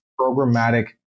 programmatic